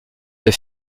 des